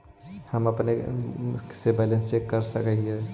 हम अपने से बैलेंस चेक कर सक हिए?